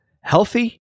healthy